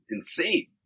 insane